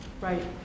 Right